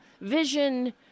vision